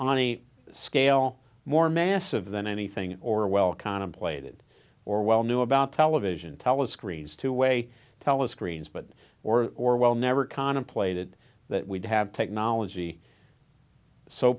on a scale more massive than anything orwell contemplated orwell knew about television telescreens two way telescreens but or orwell never contemplated that we'd have technology so